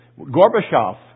Gorbachev